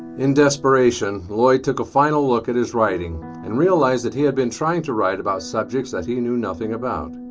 in desperation lloyd took a final look at his writing and realized that he had been trying to write about subjects that he knew nothing about.